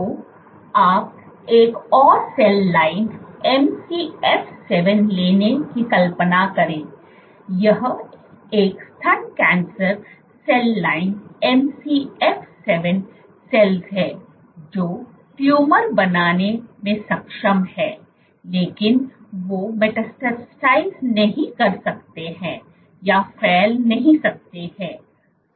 तो आप एक और सेल लाइन MCF 7 लेने की कल्पना करें यह एक स्तन cancer cell line MCF 7 cells है जो ट्यूमर बनाने में सक्षम है लेकिन वे मेटास्टेसाइज़ नहीं कर सकते हैं या फैल नहीं सकते हैं